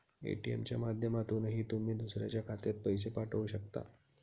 ATM च्या माध्यमातूनही तुम्ही दुसऱ्याच्या खात्यात पैसे पाठवू शकता